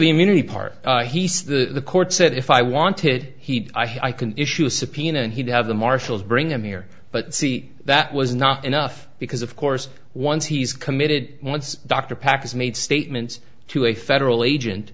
the immunity part he says the court said if i wanted he i can issue a subpoena and he'd have the marshals bring him here but see that was not enough because of course once he's committed once dr packer's made statements to a federal agent